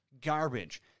garbage